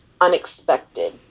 unexpected